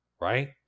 right